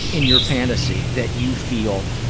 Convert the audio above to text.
in your fantasy, that you feel,